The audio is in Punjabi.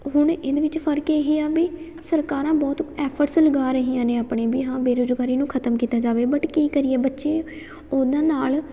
ਹੁਣ ਇਹਦੇ ਵਿੱਚ ਫਰਕ ਇਹੀ ਆ ਵੀ ਸਰਕਾਰਾਂ ਬਹੁਤ ਐਫਰਟਸ ਲਗਾ ਰਹੀਆਂ ਨੇ ਆਪਣੇ ਵੀ ਹਾਂ ਬੇਰੋਜ਼ਗਾਰੀ ਨੂੰ ਖਤਮ ਕੀਤਾ ਜਾਵੇ ਬਟ ਕੀ ਕਰੀਏ ਬੱਚੇ ਉਹਨਾਂ ਨਾਲ